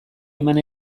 eman